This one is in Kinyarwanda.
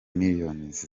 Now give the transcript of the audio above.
millions